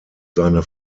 seine